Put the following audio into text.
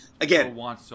Again